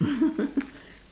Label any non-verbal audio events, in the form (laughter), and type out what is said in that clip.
(laughs)